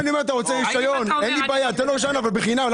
תן לו רשיון אבל בחינם.